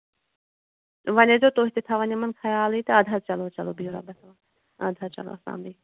وۅنۍ ٲسۍزیٚو تُہۍ تہِ تھاوان یِمن خیالٕے تہٕ اَدٕ حظ چلو چلو بِہِو رۄبَس حَوالہٕ اَدٕ حظ چلو اَسلام علیکُم